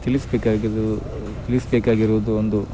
ತಿಳಿಸಬೇಕಾಗಿರು ತಿಳಿಸಬೇಕಾಗಿರೋದು ಒಂದು